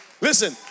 Listen